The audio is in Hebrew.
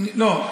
לא.